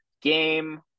game